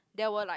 they were like